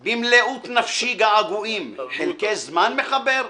/ במלאות נפשי געגועים, / חלקי זמן מחבר?